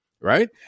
right